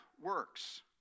works